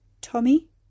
Tommy